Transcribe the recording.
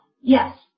Yes